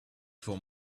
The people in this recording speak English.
for